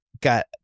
got